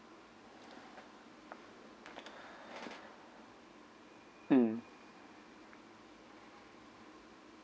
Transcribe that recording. mm